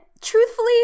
truthfully